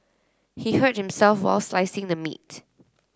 he hurt himself while slicing the meat